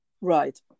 right